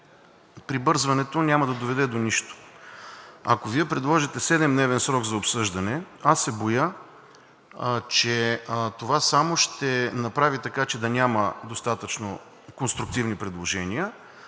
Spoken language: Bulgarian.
прибързването няма да доведе до нищо. Ако Вие предложите 7-дневен срок за обсъждане, аз се боя, че това само ще направи така, че да няма достатъчно конструктивни предложения,